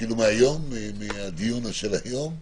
מהדיון היום,